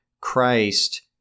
Christ